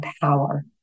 power